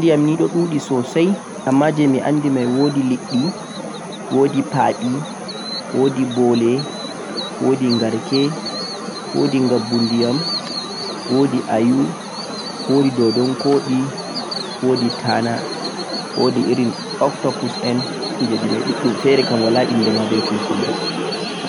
halittaje ndiyam nii ɗon ɗuɗe sosai amma je mi andi mai wodi leɗɗe, paɓe, bole, ngarke, ngabbu ndiyam, ayu, dodon koɗe, tana, octopus